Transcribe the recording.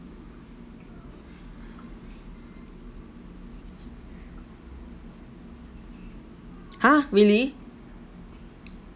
!huh! really